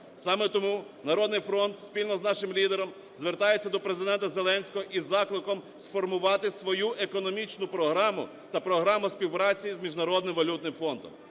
Саме тому "Народний фронт" спільно з нашим лідером звертається до Президента Зеленського із закликом сформувати свою економічну програму та програму співпраці з Міжнародним валютним фондом.